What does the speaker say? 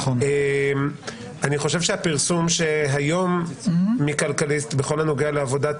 אני חושב שהפרסום היום בכלכליסט בכל הנוגע לעבודת